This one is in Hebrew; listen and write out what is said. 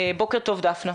בוקר טוב, דפנה.